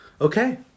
Okay